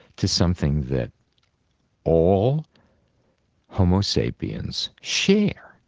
to something that all homo sapiens share.